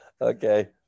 Okay